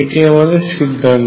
এটি আমাদের সিদ্ধান্ত